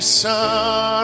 son